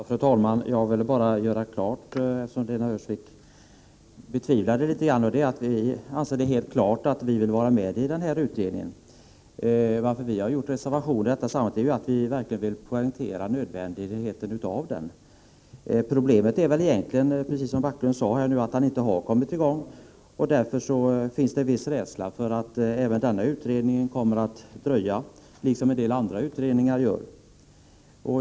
Fru talman! Jag vill bara göra klart — eftersom Lena Öhrsvik litet betvivlade det — att vi självfallet vill vara med i den studiesociala utredningen. Anledningen till att vi i detta sammanhang har avgett en reservation är att vi verkligen vill poängtera nödvändigheten av denna utredning. Problemet är egentligen, precis som Backlund sade, att utredningen ännu inte har kommit i gång. Därför finns det en viss rädsla för att även denna utredning kommer att dröja, liksom en del andra gör.